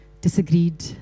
disagreed